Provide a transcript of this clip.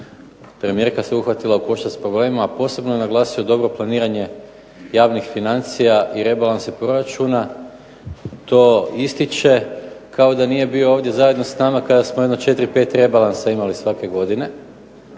premijerka se uhvatila s problemima a posebno je naglasio dobro planiranje javnih financija i rebalansa proračuna. To ističe kao da nije bio ovdje zajedno sa nama kada smo 4, 5 rebalansa imali svake godine